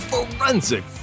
Forensic